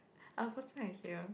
our first night here